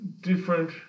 different